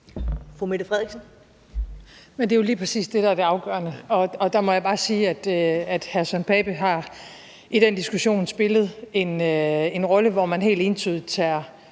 Mette Frederiksen (S): Men det er jo lige præcis det, der er det afgørende, og der må jeg bare sige, at hr. Søren Pape Poulsen i den diskussion har spillet en rolle, hvor man helt entydigt har